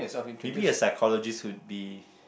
maybe a psychologist would be